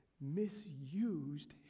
misused